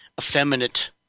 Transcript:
effeminate